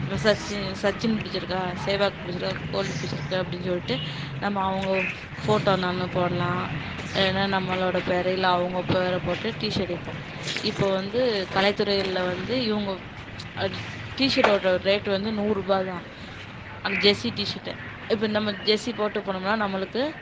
நம்ம சச்சி சச்சின் படிச்சிருக்கா சேவாக் பிடிச்சிருக்கா கோலி பிடிச்சிருக்கா அப்படின் சொல்லிட்டு நம்ம அவங்க ஃப் ஃபோட்டோ நான் போடலாம் வேணுணா நம்மளோட பேரை இல்லை அவங்க பேரை போட்டு டீஷர்ட் விற்போம் இப்போது வந்து கலைத்துறையில் வந்து இவங்க அ டி டீ ஷர்ட்டோட ரேட் வந்து நூறுரூபா தான் அந்த ஜெர்ஸி டீஷர்ட் இப்போ நம்ம ஜெர்ஸி போட்டு போனோம்னா நம்மளுக்கு